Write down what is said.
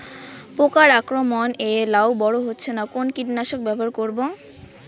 পোকার আক্রমণ এ লাউ বড় হচ্ছে না কোন কীটনাশক ব্যবহার করব?